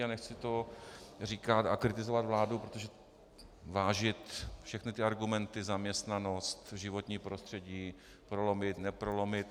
A nechci kritizovat vládu, protože vážit všechny argumenty zaměstnanost, životní prostředí, prolomit, neprolomit...